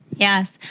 Yes